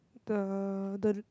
the the